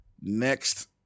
Next